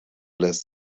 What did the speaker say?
lässt